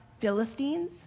Philistines